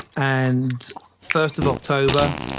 and first of october,